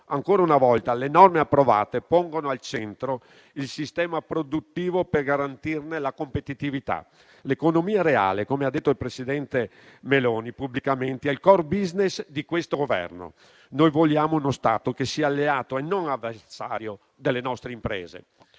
Ancora una volta le norme approvate pongono al centro il sistema produttivo per garantirne la competitività. L'economia reale, come ha detto il presidente Meloni pubblicamente, è il *core business* di questo Governo. Vogliamo uno Stato che sia alleato, e non avversario, delle nostre imprese.